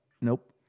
nope